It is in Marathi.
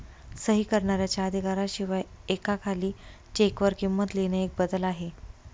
सही करणाऱ्याच्या अधिकारा शिवाय एका खाली चेक वर किंमत लिहिणे एक बदल आहे